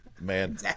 Man